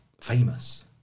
famous